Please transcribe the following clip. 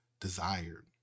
desired